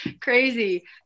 crazy